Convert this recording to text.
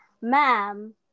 Ma'am